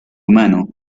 humano